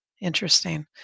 interesting